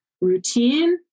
routine